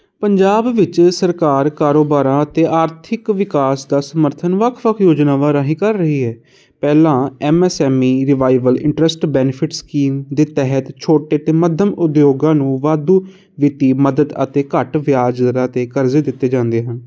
ਪੰਜਾਬ ਵਿੱਚ ਸਰਕਾਰ ਕਾਰੋਬਾਰਾਂ ਅਤੇ ਆਰਥਿਕ ਵਿਕਾਸ ਦਾ ਸਮਰਥਨ ਵੱਖ ਵੱਖ ਯੋਜਨਾਵਾਂ ਰਾਹੀਂ ਕਰ ਰਹੀ ਹੈ ਪਹਿਲਾਂ M S M E revival interest benefits scheme ਦੇ ਤਹਿਤ ਛੋਟੇ ਅਤੇ ਮੱਧਮ ਉਦਯੋਗਾਂ ਨੂੰ ਵਾਧੂ ਵਿੱਤੀ ਮਦਦ ਅਤੇ ਘੱਟ ਵਿਆਜ ਦਰਾਂ 'ਤੇ ਕਰਜ਼ੇ ਦਿੱਤੇ ਜਾਂਦੇ ਹਨ